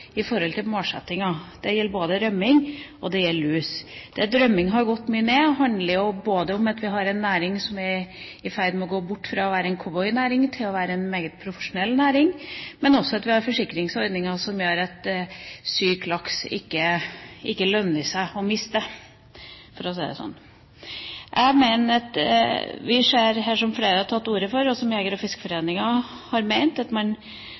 i forhold til målsettinga. Det gjelder både rømming og lus. At problemet med rømming er blitt redusert, handler jo både om at vi har en næring som er i ferd med å gå bort fra å være en cowboy-næring til å være en meget profesjonell næring, og at vi har forsikringsordninger som gjør at det ikke lønner seg å miste syk laks, for å si det sånn. Jeg mener at vi her – som flere har tatt til orde for, og som jeger- og fiskeforeninger har ment – må se på lukkede anlegg. Jeg mener i hvert fall at man